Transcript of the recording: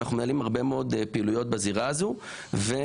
אנחנו מנהלים הרבה מאוד פעילויות בזירה הזו ואנחנו